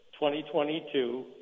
2022